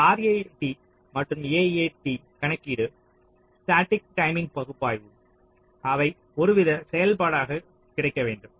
இந்த RAT மற்றும் AAT கணக்கீடு ஸ்டாடிக் டைமிங் பகுப்பாய்வு அவை ஒருவித செயல்பாடாக கிடைக்க வேண்டும்